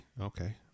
Okay